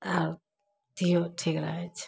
आओर अथिओ ठीक रहै छै